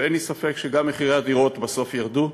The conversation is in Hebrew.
ואין לי ספק שגם מחירי הדירות בסוף ירדו,